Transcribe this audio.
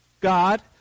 God